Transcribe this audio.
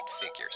figures